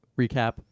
recap